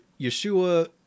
Yeshua